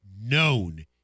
known